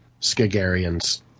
Skagarians